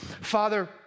Father